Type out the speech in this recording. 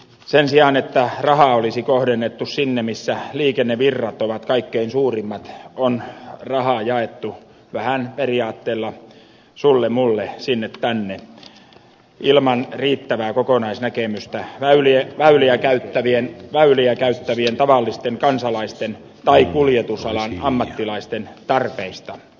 sen sijaan että rahaa olisi kohdennettu sinne missä liikennevirrat ovat kaikkein suurimmat on rahaa jaettu vähän periaatteella sulle mulle sinne tänne ilman riittävää kokonaisnäkemystä väyliä käyttävien tavallisten kansalaisten tai kuljetusalan ammattilaisten tarpeista